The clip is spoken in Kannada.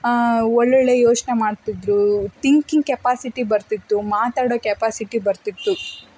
ಒಳ್ಳೊಳ್ಳೆಯ ಯೋಚನೆ ಮಾಡ್ತಿದ್ದರು ತಿಂಕಿಂಗ್ ಕೆಪಾಸಿಟಿ ಬರ್ತಿತ್ತು ಮಾತಾಡೋ ಕೆಪಾಸಿಟಿ ಬರ್ತಿತ್ತು